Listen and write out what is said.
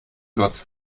gott